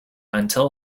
until